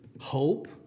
hope